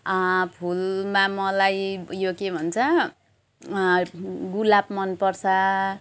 फुलमा मलाई उयो के भन्छ गुलाब मनपर्छ